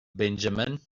benjamin